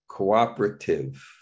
Cooperative